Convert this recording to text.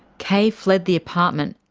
kay fled the apartment,